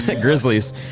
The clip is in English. Grizzlies